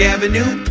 Avenue